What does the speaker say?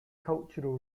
cultural